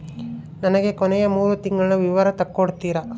ನನಗ ಕೊನೆಯ ಮೂರು ತಿಂಗಳಿನ ವಿವರ ತಕ್ಕೊಡ್ತೇರಾ?